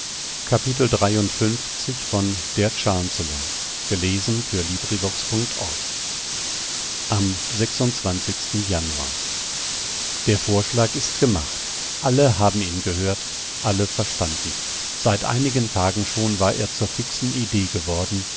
am januar der vorschlag ist gemacht alle haben ihn gehört alle verstanden seit einigen tagen schon war er zur fixen idee geworden